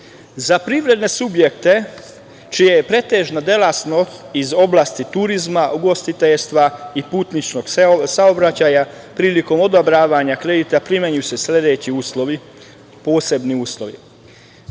privredne subjekte čija je pretežna delatnost iz oblasti turizma, ugostiteljstva i putničkog saobraćaja prilikom odobravanja kredita primenjuju se sledeći uslovi, posebni uslovi.